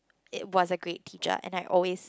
it was a great teacher and I always